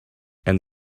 and